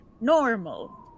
normal